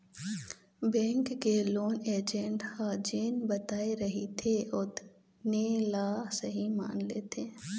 bank के loan agent ह जेन बताए रहिथे ओतने ल सहीं मान लेथे